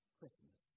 Christmas